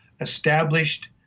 established